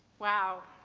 wow.